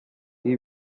ibi